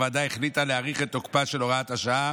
הוועדה החליטה להאריך את תוקפה של הוראת השעה